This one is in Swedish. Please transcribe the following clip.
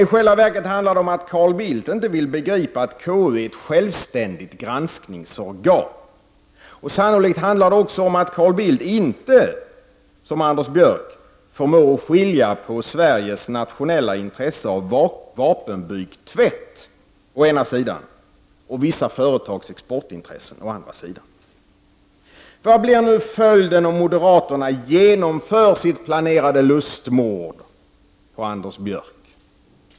I själva verket handlar det om att Carl Bildt inte vill begripa att KU är ett självständigt granskningsorgan. Sannolikt handlar det också om att Carl Bildt inte, som Anders Björck, förmår skilja på å ena sidan Sveriges nationella intresse av vapenbykstvätt och å andra sidan vissa företags exportintressen. Vad blir nu följden om moderaterna genomför sitt planerade lustmord på Anders Björck?